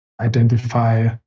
identify